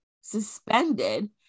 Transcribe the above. suspended